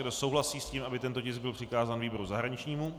Kdo souhlasí s tím, aby tento tisk byl přikázán výboru zahraničnímu?